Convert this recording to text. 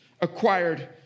acquired